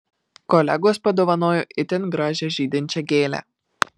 kolegos padovanojo itin gražią žydinčią gėlę